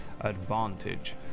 advantage